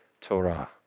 Torah